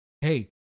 hey